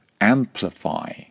amplify